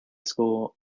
school